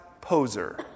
poser